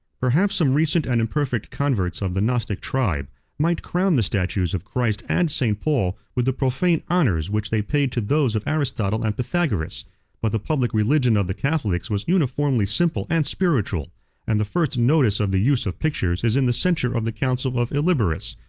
perhaps some recent and imperfect converts of the gnostic tribe might crown the statues of christ and st. paul with the profane honors which they paid to those of aristotle and pythagoras but the public religion of the catholics was uniformly simple and spiritual and the first notice of the use of pictures is in the censure of the council of illiberis,